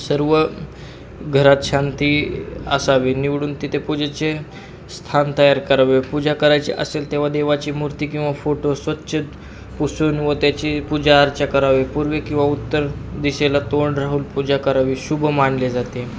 सर्व घरात शांती असावे निवडून तिथे पूजेचे स्थान तयार करावे पूजा करायची असेल तेव्हा देवाची मूर्ती किंवा फोटो स्वच्छ पुसून व त्याची पूजा अर्चा करावे पूर्व किंवा उत्तर दिशेला तोंड राहून पूजा करावी शुभ मानले जाते